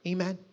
Amen